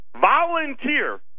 volunteer